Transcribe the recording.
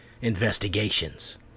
investigations